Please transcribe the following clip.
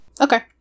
Okay